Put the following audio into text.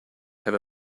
have